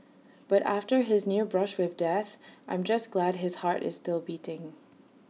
but after his near brush with death I'm just glad his heart is still beating